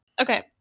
Okay